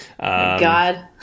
God